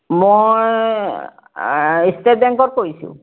মই ষ্টেট বেংকত কৰিছোঁ